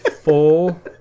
Four